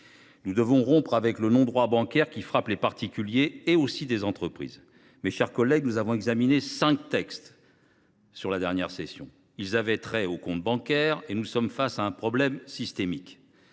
Nous devons rompre avec le non droit bancaire, qui frappe les particuliers, mais aussi des entreprises. Mes chers collègues, nous avons examiné, sur la dernière session, cinq textes ayant trait aux comptes bancaires. Nous sommes face à un problème systémique